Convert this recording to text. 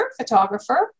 photographer